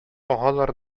агалар